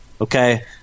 okay